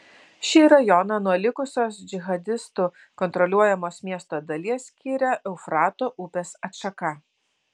šį rajoną nuo likusios džihadistų kontroliuojamos miesto dalies skiria eufrato upės atšaka